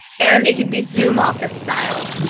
and it can be zoom office style.